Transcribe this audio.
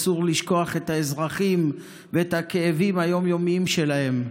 אסור לשכוח את האזרחים ואת הכאבים היום-יומיים שלהם.